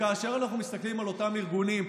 וכאשר אנחנו מסתכלים על אותם ארגונים,